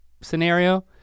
scenario